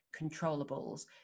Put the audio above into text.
controllables